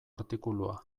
artikulua